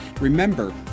Remember